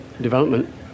development